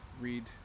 read